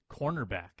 cornerback